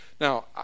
now